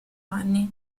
anni